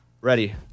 Ready